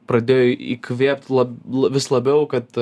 pradėjo įkvėpt la vis labiau kad